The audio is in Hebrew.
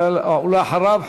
ואחריו,